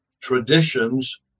traditions